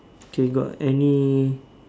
okay got any